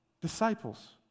disciples